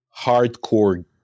hardcore